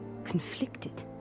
Conflicted